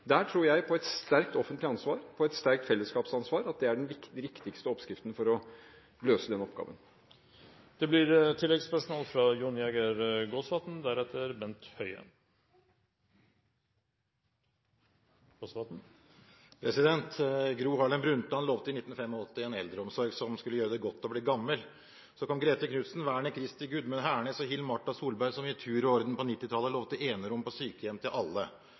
tror jeg på et sterkt offentlig ansvar, på et sterkt felleskapsansvar – på at det er den riktigste oppskriften for å løse den oppgaven. Det blir oppfølgingsspørsmål – først Jon Jæger Gåsvatn. Gro Harlem Brundtland lovte i 1985 en eldreomsorg som skulle gjøre det godt å bli gammel. Så kom Grete Knudsen, Werner Christie, Gudmund Hernes og Hill-Marta Solberg, som på 1990-tallet i tur og orden lovte enerom på sykehjem til alle.